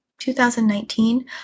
2019